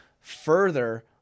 further